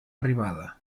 arribada